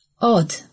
Odd